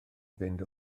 fynd